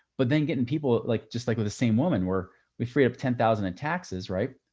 but then getting people like, just like with the same woman where we freed up ten thousand in taxes, right?